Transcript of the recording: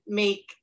make